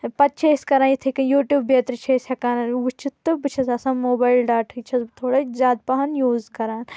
پتہٕ چھِ أسۍ کران یِتھٕے کنۍ یوٗٹیوٗب بٮ۪ترِ چھِ أسۍ ہیکان وٕچھتھ تہٕ بہٕ چھس آسان موبایل ڈاٹاہچ چھس بہٕ تھوڑا زیادٕ پہن یوٗز کران